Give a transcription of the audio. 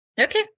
Okay